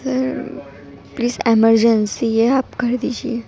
سر police emergency ہے آپ کر دیجیے